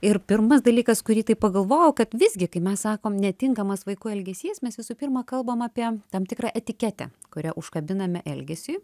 ir pirmas dalykas kurį taip pagalvojau kad visgi kai mes sakom netinkamas vaikų elgesys mes visų pirma kalbam apie tam tikrą etiketę kurią užkabiname elgesiui